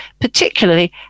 particularly